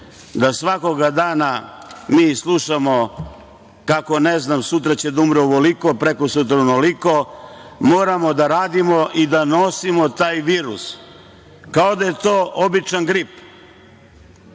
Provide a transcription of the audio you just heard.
da svakoga dana mi slušamo kako će sutra da umre ovoliko, prekosutra onoliko. Moramo da radimo i da nosimo taj virus, kao da je to običan grip,